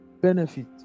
benefit